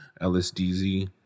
LSDZ